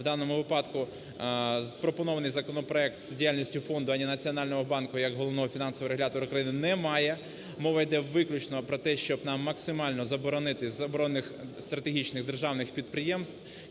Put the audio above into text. в даному випадку пропонований законопроект з діяльністю фонду ані Національного банку як головного фінансового регулятора України не має. Мова йде виключно про те, щоб нам максимально заборонити з оборонних стратегічних державних підприємств